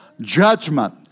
Judgment